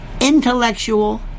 intellectual